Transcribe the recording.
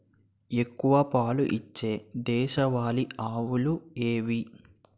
ఎక్కువ పాలు ఇచ్చే దేశవాళీ ఆవులు ఏవి?